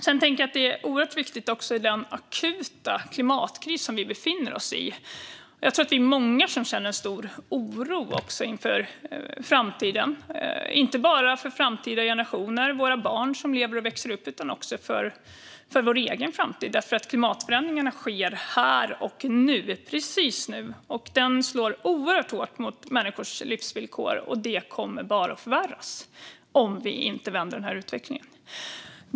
Det är en akut klimatkris som vi befinner oss i. Jag tror att vi är många som känner en stor oro inför framtiden, inte bara för framtida generationer, våra barn som lever och växer upp här utan också för vår egen framtid, för klimatförändringarna sker här och nu, precis nu. De slår oerhört hårt mot människors livsvillkor, och det kommer bara att förvärras om vi inte vänder utvecklingen.